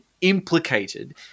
implicated